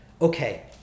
Okay